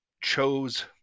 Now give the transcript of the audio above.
chose